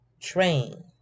train